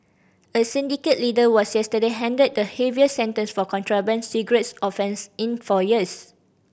a syndicate leader was yesterday handed the heaviest sentence for contraband cigarette offence in four years